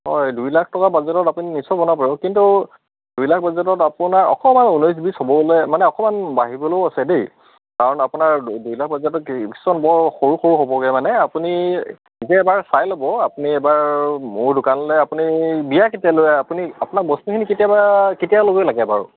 হয় দুই লাখ টকা বাজেটত আপুনি নিশ্চয় বনাব পাৰিব কিন্তু দুই লাখ বাজেটত আপোনাৰ অকণমান ঊনৈছ বিছ হ'বলৈ মানে অকণমান বাঢ়িবলৈও আছে দেই কাৰণ আপোনাৰ দুই লাখ বাজেটত কিছুমান বৰ সৰু সৰু হ'বগৈ মানে আপুনি নিজে এবাৰ চাই ল'ব আপুনি এবাৰ মোৰ দোকানলৈ আপুনি বিয়া কেতিয়ালৈ আপুনি আপোনাক বস্তুখিনি কেতিয়াবা কেতিয়ালৈকে লাগে বাৰু